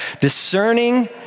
Discerning